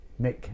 Mick